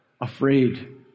afraid